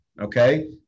okay